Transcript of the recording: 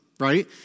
Right